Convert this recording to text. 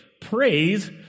praise